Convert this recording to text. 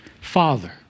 Father